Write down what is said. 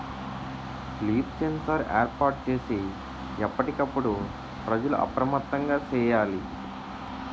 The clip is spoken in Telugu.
లీఫ్ సెన్సార్ ఏర్పాటు చేసి ఎప్పటికప్పుడు ప్రజలు అప్రమత్తంగా సేయాలి